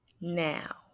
Now